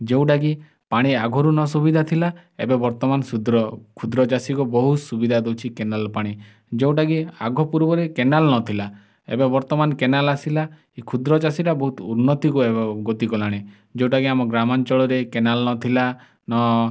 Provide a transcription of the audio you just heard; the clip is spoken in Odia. ଯେଉଁଟାକି ପାଣି ଆଗରୁ ନ ସୁବିଧା ଥିଲା ଏବେ ବର୍ତ୍ତମାନ ସୁଦ୍ର କ୍ଷୁଦ୍ର ଚାଷୀକୁ ବହୁତ ସୁବିଧା ଦେଉଛି କେନାଲ୍ ପାଣି ଯେଉଁଟାକି ଆଗ ପୂର୍ବରେ କେନାଲ୍ ନଥିଲା ଏବେ ବର୍ତ୍ତମାନ କେନାଲ୍ ଆସିଲା ଏଇ କ୍ଷୁଦ୍ର ଚାଷୀଟା ବହୁତ ଉନ୍ନତିକୁ ଏବେ ଗତି କଲାଣି ଯେଉଁଟାକି ଆମ ଗ୍ରାମାଞ୍ଚଳରେ କେନାଲ୍ ନଥିଲା ନ